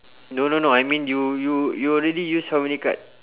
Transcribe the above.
no no no I mean you you you already use how many card